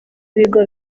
ibigo